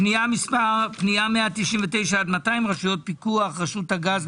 פנייה מס' 199 200: רשויות פיקוח רשות הגז,